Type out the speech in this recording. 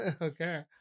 Okay